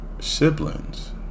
siblings